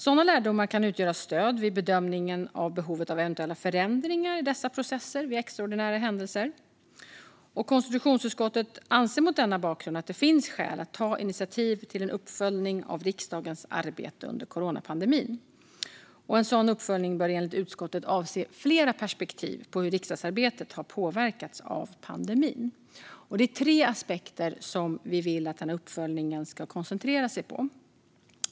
Sådana lärdomar kan utgöra stöd vid bedömningen av behovet av eventuella förändringar i dessa processer vid extraordinära händelser. Konstitutionsutskottet anser mot denna bakgrund att det finns skäl till att ta initiativ till en uppföljning av riksdagens arbete under coronapandemin. En sådan uppföljning bör enligt utskottet avse flera perspektiv på hur riksdagsarbetet har påverkats av pandemin. Vi vill att uppföljningen ska koncentrera sig på tre aspekter.